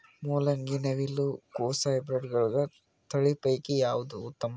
ಮೊಲಂಗಿ, ನವಿಲು ಕೊಸ ಹೈಬ್ರಿಡ್ಗಳ ತಳಿ ಪೈಕಿ ಯಾವದು ಉತ್ತಮ?